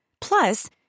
Plus